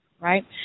right